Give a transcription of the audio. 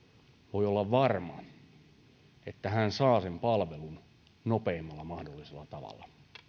voi olla varma että hän saa sen palvelun nopeimmalla mahdollisella tavalla